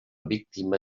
víctima